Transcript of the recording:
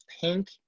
pink